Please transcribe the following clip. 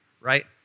right